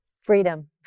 Freedom